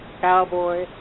cowboy